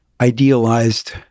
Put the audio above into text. idealized